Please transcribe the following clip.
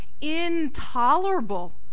intolerable